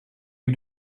you